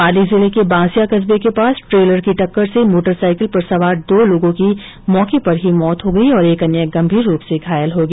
पाली जिले के बांसिया कस्बे के पास ट्रेलर की टक्कर से मोटर साइकिल पर सवार दो लोगों की मौके पर ही मौत हो गई और एक अन्य गंभीर रूप से घायल हो गया